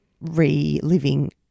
reliving